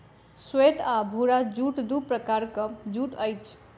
श्वेत आ भूरा जूट दू प्रकारक जूट अछि